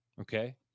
Okay